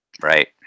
Right